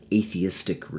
atheistic